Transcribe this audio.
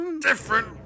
different